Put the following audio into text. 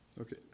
Okay